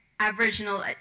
Aboriginal